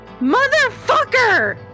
Motherfucker